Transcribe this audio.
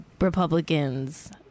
Republicans